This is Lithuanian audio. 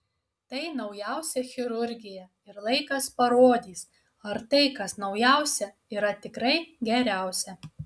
tai naujausia chirurgija ir laikas parodys ar tai kas naujausia yra tikrai geriausia